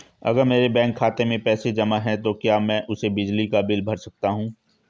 अगर मेरे बैंक खाते में पैसे जमा है तो क्या मैं उसे बिजली का बिल भर सकता हूं?